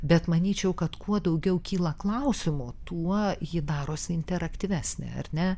bet manyčiau kad kuo daugiau kyla klausimų tuo ji darosi interaktyvesnė ar ne